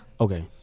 Okay